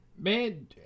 Man